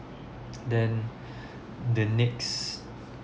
then the next